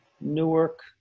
Newark